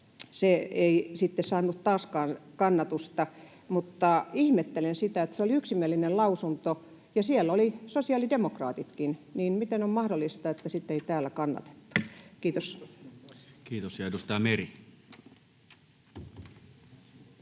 se ei sitten saanut taaskaan kannatusta, mutta ihmettelen sitä, että se oli yksimielinen lausunto, ja siellä olivat sosiaalidemokraatitkin. Miten on mahdollista, että sitten ei täällä kannatettu? — Kiitos. [Speech